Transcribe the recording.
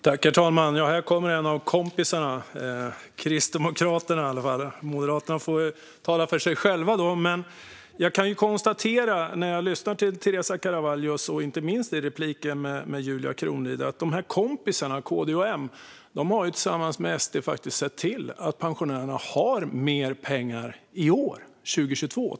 Herr talman! Här kommer en av kompisarna från Kristdemokraterna. Moderaterna får tala för sig själva. När jag lyssnar till Teresa Carvalho, inte minst i replikskiftet med Julia Kronlid, kan jag konstatera att de här kompisarna, KD och M, tillsammans med SD har sett till att pensionärerna har mer pengar i år, 2022.